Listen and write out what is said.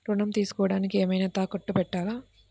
ఋణం తీసుకొనుటానికి ఏమైనా తాకట్టు పెట్టాలా?